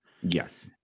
Yes